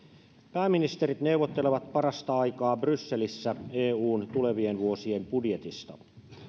pääministerit neuvottelevat parasta aikaa brysselissä eun tulevien vuosien budjetista